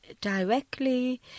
directly